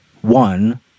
One